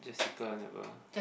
Jessica never